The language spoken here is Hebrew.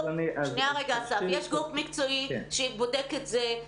יש גוף מקצועי שבודק את זה.